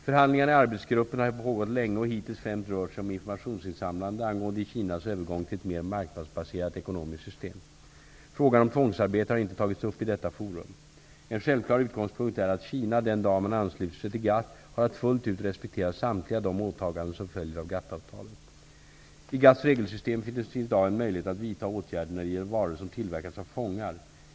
Förhandlingarna i arbetsgruppen har pågått länge och hittills främst rört sig om informationsinsamlande angående Kinas övergång till ett mer marknadsbaserat ekonomiskt system. Frågan om tvångsarbete har inte tagits upp i detta forum. En självklar utgångspunkt är att Kina, den dag man ansluter sig till GATT, har att fullt ut respektera samtliga de åtaganden som följer av I GATT:s regelsystem finns i dag en möjlighet att vidta åtgärder när det gäller varor som tillverkats av fångar.